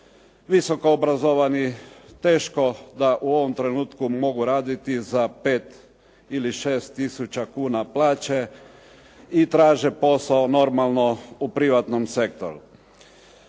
visoko obrazovani teško da u ovom trenutku mogu raditi za pet ili šest tisuća kuna plaće i traže posao normalno u privatnom sektoru.